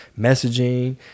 Messaging